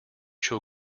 shall